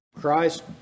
Christ